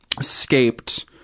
escaped